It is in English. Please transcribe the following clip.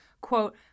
quote